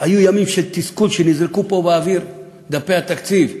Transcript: היו ימים של תסכול, שנזרקו פה באוויר דפי התקציב.